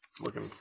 looking